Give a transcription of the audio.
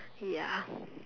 ya